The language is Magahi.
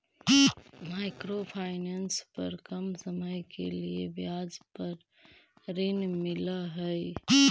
माइक्रो फाइनेंस पर कम समय के लिए ब्याज पर ऋण मिलऽ हई